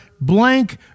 blank